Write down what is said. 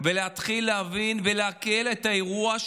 ולהתחיל להבין ולעכל את האירוע,